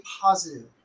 positive